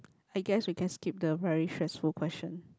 I guess we can skip the very stressful question